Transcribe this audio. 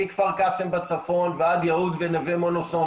מכפר קאסם בצפון ועד יהוד ונווה מונוסון